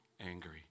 angry